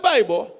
Bible